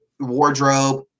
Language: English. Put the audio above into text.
Wardrobe